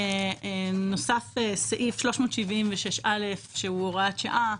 נוסף סעיף 376א, הוראת שעה,